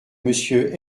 monsieur